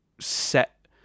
set